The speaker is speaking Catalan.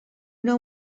nou